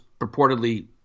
purportedly